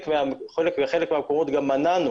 בחלק מהמקומות גם מנענו